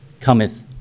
cometh